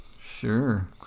Sure